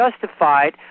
justified